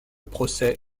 procès